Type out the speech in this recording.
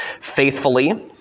faithfully